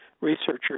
researchers